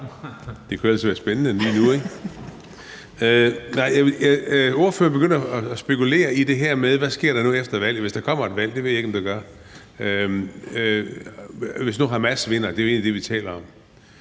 Det kunne ellers være spændende lige nu, ikke? Ordføreren begynder at spekulere i det her med, hvad der nu sker efter valget, hvis der kommer et valg – det ved jeg ikke om der gør – altså hvis nu Hamas vinder. Det er jo egentlig det, vi taler om.